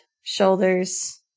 shoulders